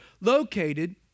located